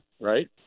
right